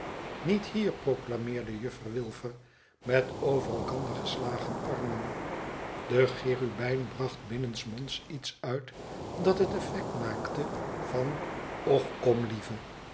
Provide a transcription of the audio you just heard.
niet hier proclameerde juffrouw wilfer met over elkander geslagen armen de cherubijn bracht binnensmonds iets uit dat het effect maakte van och kom lieve